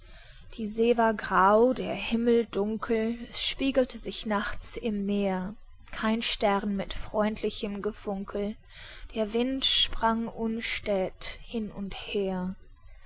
die see war grau der himmel dunkel es spiegelte sich nachts im meer kein stern mit freundlichem gefunkel der wind sprang unstät hin und her